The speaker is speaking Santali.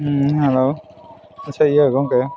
ᱦᱮᱸ ᱟᱪᱪᱷᱟ ᱤᱭᱟᱹ ᱜᱚᱢᱠᱮ